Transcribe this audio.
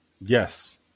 Yes